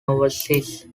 overseas